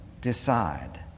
decide